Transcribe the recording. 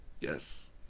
Yes